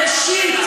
בבראשית,